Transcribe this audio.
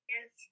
Yes